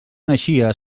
naixia